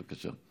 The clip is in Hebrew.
בבקשה.